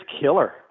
killer